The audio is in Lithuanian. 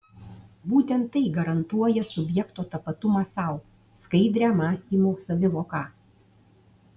būtent tai garantuoja subjekto tapatumą sau skaidrią mąstymo savivoką